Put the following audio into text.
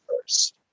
first